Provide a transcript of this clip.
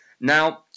Now